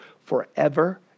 forever